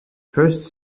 first